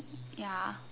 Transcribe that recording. ya